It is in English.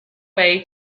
way